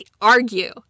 argue